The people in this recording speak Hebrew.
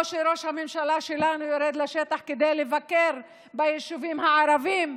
או שראש הממשלה שלנו יורד לשטח כדי לבקר ביישובים הערביים,